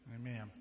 Amen